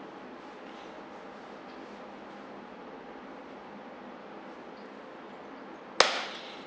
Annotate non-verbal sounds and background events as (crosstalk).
(noise)